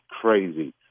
crazy